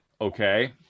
okay